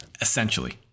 Essentially